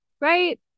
right